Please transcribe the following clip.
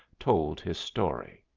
told his story.